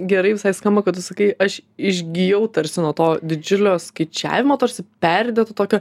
gerai visai skamba kad tu sakai aš išgijau tarsi nuo to didžiulio skaičiavimo tarsi perdėto tokio